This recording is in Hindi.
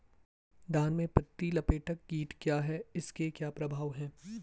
धान में पत्ती लपेटक कीट क्या है इसके क्या प्रभाव हैं?